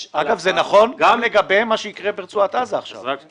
אגב, זה נכון גם לגבי מה שיקרה ברצועת עזה עכשיו.